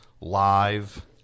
live